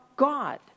God